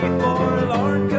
forlorn